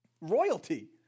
royalty